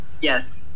Yes